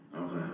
Okay